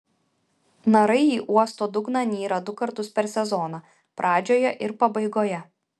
narai į uosto dugną nyra du kartus per sezoną pradžioje ir pabaigoje